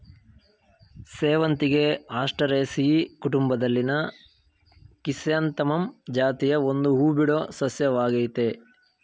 ಸೇವಂತಿಗೆ ಆಸ್ಟರೇಸಿಯಿ ಕುಟುಂಬದಲ್ಲಿನ ಕ್ರಿಸ್ಯಾಂಥಮಮ್ ಜಾತಿಯ ಒಂದು ಹೂಬಿಡೋ ಸಸ್ಯವಾಗಯ್ತೆ